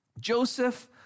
Joseph